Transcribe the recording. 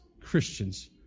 Christians